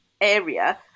area